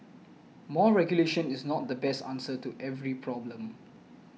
more regulation is not the best answer to every problem